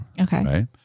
Okay